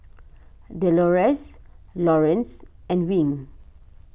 Delores Laurence and Wing